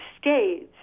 States